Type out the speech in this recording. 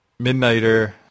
Midnighter